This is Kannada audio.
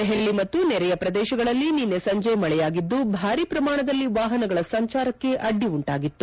ದೆಪಲಿ ಮತ್ತು ನೆರೆಯ ಪ್ರದೇಶಗಳಲ್ಲಿ ನಿನ್ನೆ ಸಂಜೆ ಮಳೆಯಾಗಿದ್ದು ಭಾರಿ ಪ್ರಮಾಣದಲ್ಲಿ ವಾಪನಗಳ ಸಂಚಾರಕ್ಕೆ ಅಡ್ಡಿ ಉಂಟಾಗಿತ್ತು